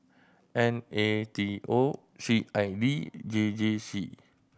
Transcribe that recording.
N A T O C I V J J C